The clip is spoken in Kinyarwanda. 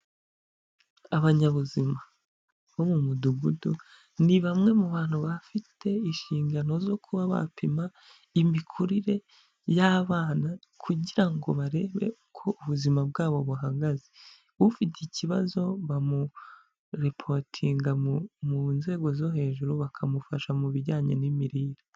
Abanyabuzima bo mu mudugudu, ni bamwe mu bantu bafite inshingano zo kuba bapima imikurire y'abana kugira ngo barebe uko ubuzima bwabo buhagaze, ufite ikibazo bamurepotinga mu nzego zo hejuru, bakamufasha mu bijyanye n'imirire.